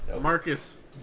Marcus